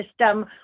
system